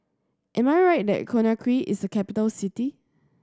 am I right that Conakry is a capital city